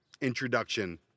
introduction